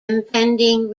impending